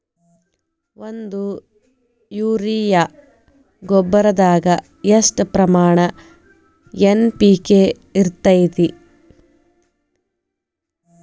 ಒಂದು ಯೂರಿಯಾ ಗೊಬ್ಬರದಾಗ್ ಎಷ್ಟ ಪ್ರಮಾಣ ಎನ್.ಪಿ.ಕೆ ಇರತೇತಿ?